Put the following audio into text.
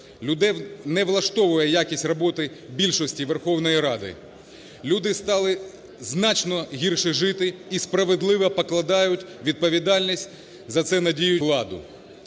Людей не влаштовує якість роботи більшості Верховної Ради. Люди стали значно гірше жити і справедливо покладають відповідальність за це на діючу владу.